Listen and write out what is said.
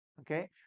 Okay